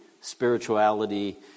spirituality